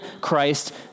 Christ